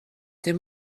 dim